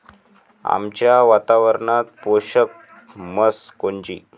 आमच्या वातावरनात पोषक म्हस कोनची?